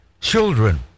Children